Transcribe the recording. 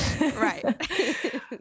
right